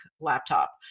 laptop